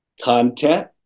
content